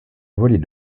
volée